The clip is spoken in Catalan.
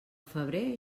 febrer